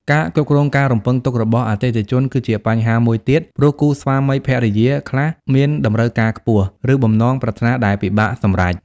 ការ គ្រប់គ្រងការរំពឹងទុករបស់អតិថិជន គឺជាបញ្ហាមួយទៀត ព្រោះគូស្វាមីភរិយាខ្លះអាចមានតម្រូវការខ្ពស់ ឬបំណងប្រាថ្នាដែលពិបាកសម្រេច។